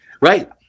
Right